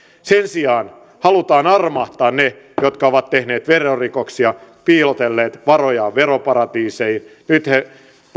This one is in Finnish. sen sijaan halutaan armahtaa ne jotka ovat tehneet verorikoksia piilotelleet varojaan veroparatiiseihin nyt he